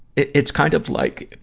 it, it's kind of like,